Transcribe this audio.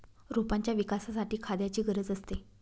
रोपांच्या विकासासाठी खाद्याची गरज असते